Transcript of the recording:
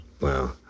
Wow